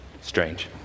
Strange